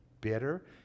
bitter